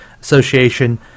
Association